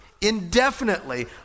indefinitely